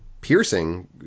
piercing